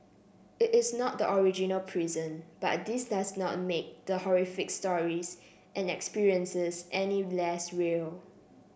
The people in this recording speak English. it is not the original prison but this does not make the horrific stories and experiences any less real